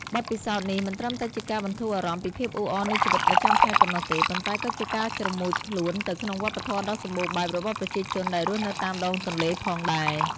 បទពិសោធន៍នេះមិនត្រឹមតែជាការបន្ធូរអារម្មណ៍ពីភាពអ៊ូអរនៃជីវិតប្រចាំថ្ងៃប៉ុណ្ណោះទេ ប៉ុន្តែក៏ជាការជ្រមុជខ្លួនទៅក្នុងវប្បធម៌ដ៏សម្បូរបែបរបស់ប្រជាជនដែលរស់នៅតាមដងទន្លេផងដែរ។